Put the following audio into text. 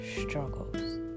struggles